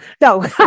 No